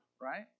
right